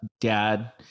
dad